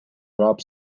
drop